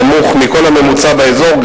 נמוך גם מכל הממוצע באזור,